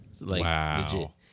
Wow